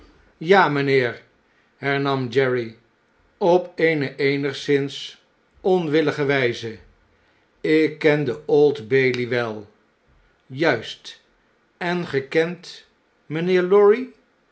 ja mijnheer hernam jerry op eene eenigszins onwillige wijze ik ken de old bailey wel juist en ge kent mijnheer lorry